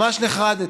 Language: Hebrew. ממש נחרדתי.